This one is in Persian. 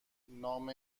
نام